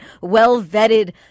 well-vetted